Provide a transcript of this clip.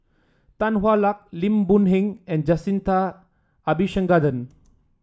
Tan Hwa Luck Lim Boon Heng and Jacintha Abisheganaden